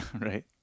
right